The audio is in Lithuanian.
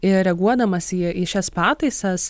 ir reaguodamas į į šias pataisas